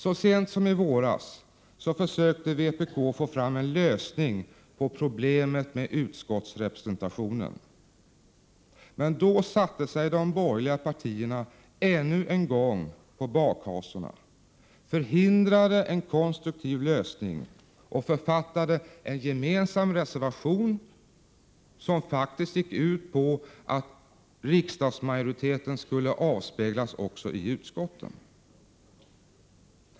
Så sent som i våras försökte vpk nå en lösning på problemet med utskottsrepresentationen, men då satte sig de borgerliga partierna ännu en gång på bakhasorna, förhindrade en konstruktiv lösning och författade en gemensam reservation som faktiskt gick ut på att riksdagsmajoriteten skulle återspeglas också i utskotten.